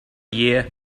year